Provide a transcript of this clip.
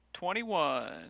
Twenty-one